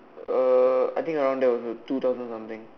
uh I think around there also two thousand something